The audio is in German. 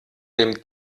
dem